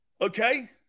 okay